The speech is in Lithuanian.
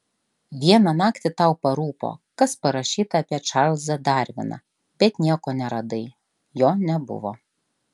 vieną naktį tau parūpo kas parašyta apie čarlzą darviną bet nieko neradai jo nebuvo